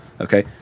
okay